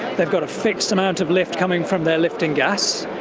they've got a fixed amount of lift coming from their lifting gas,